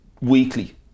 weekly